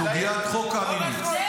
סוגיית חוק קמיניץ.